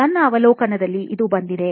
ನನ್ನ ಅವಲೋಕನದಲ್ಲಿ ಇದು ಬಂದಿತು